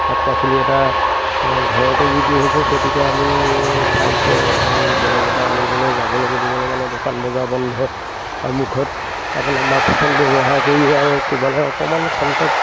শাক পাচলি এটা ঘৰতে যিটো হৈছে সেইটোকে আমি খাইছোঁ আৰু আৰু বেলেগৰ পৰা আনিবলৈ যাবলৈ মেলিবলৈ মানে দোকান বজাৰ বন্ধ আৰু মুখত আপোনাৰ মাক্সখন ব্যৱহাৰ কৰি আৰু ক'ৰবালৈ অকণমান খন্তেক